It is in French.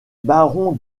barons